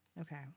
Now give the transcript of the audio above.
Okay